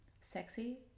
Sexy